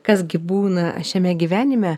kas gi būna šiame gyvenime